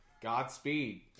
Godspeed